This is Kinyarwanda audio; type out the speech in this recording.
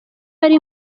ari